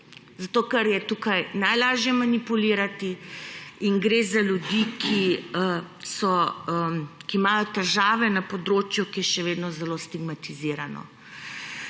ker je tukaj najlažje manipulirati. Gre za ljudi, ki imajo težave na področju, ki je še vedno zelo stigmatizirano.